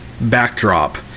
backdrop